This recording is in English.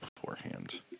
beforehand